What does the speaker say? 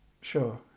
Sure